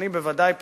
אני בוודאי,